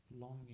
longing